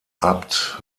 abt